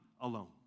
alone